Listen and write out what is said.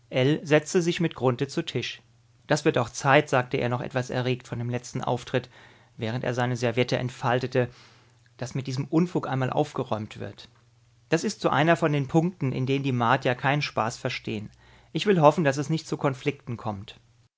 setzte sich mit grunthe zu tisch das wird auch zeit sagte er noch etwas erregt von dem letzten auftritt während er seine serviette entfaltete daß mit diesem unfug einmal aufgeräumt wird das ist so einer von den punkten in denen die martier keinen spaß verstehen ich will hoffen daß es nicht zu konflikten kommt